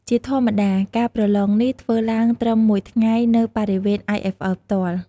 ជាធម្មតា ការប្រឡងនេះធ្វើឡើងត្រឹម មួយថ្ងៃ នៅ បរិវេណ IFL ផ្ទាល់។